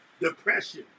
depression